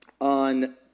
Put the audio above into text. On